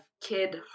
kid